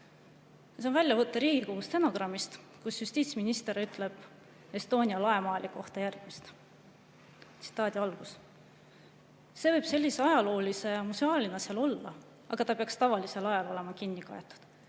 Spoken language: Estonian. See on väljavõte Riigikogu stenogrammist, kus justiitsminister ütleb Estonia laemaali kohta järgmist: "See võib sellise ajaloolise museaalina seal olla, aga see peaks tavalisel ajal olema kinni kaetud